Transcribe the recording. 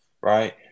right